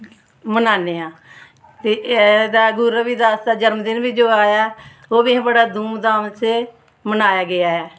मनान्ने आं ते एह्दा गुरु रविदास जनमदिन बी जो आया ऐ ओह् बी असें बड़ी धूम धाम से मनाया गेआ ऐ